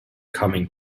coming